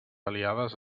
aliades